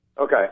Okay